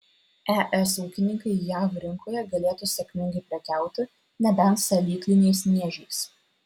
es ūkininkai jav rinkoje galėtų sėkmingai prekiauti nebent salykliniais miežiais